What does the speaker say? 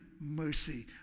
mercy